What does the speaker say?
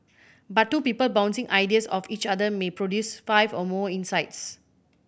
but two people bouncing ideas off each other may produce five or more insights